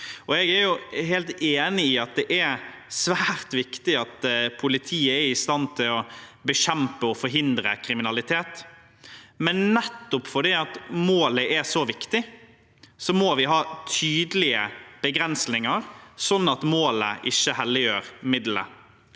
Jeg er helt enig i at det er svært viktig at politiet er i stand til å bekjempe og forhindre kriminalitet, men nettopp fordi målet er så viktig, må vi ha tydelige begrensninger, slik at målet ikke helliger middelet.